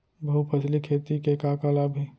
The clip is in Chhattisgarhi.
बहुफसली खेती के का का लाभ हे?